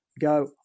go